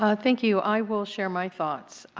ah thank you. i will share my thoughts.